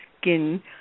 skin